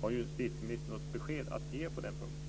Har justitieministern något besked att ge på den punkten?